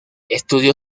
estudió